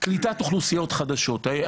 קליטת אוכלוסיות חדשות,